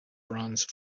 bronze